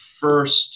first